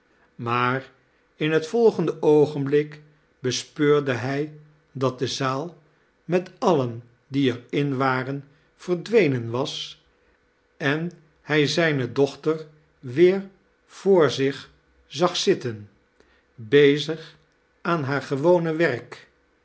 maar in het volgende oogenblik bespeurde hij dat de zaal met alien die er in waren verdwenen was en hij zijne dochter weer voor zich zat zitten bezig aan haar gewone werk